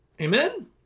Amen